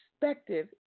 perspective